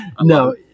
No